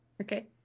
Okay